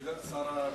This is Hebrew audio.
שר המשפטים?